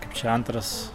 kaip čia antras